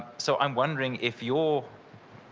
so, i'm wondering if your